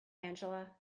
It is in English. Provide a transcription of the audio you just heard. angela